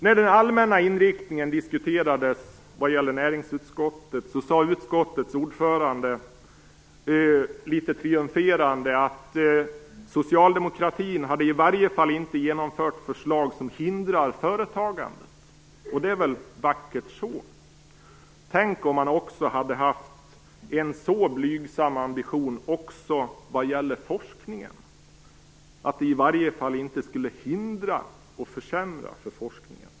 När den allmänna inriktningen diskuterades vad gäller näringsutskottet sade utskottets ordförande litet triumferande att socialdemokratin hade i varje fall inte genomfört förslag som hindrar företagandet. Det är väl vackert så. Tänk om man hade haft en så blygsam ambition också vad gäller forskningen, att i varje fall inte hindra och försämra för forskningen.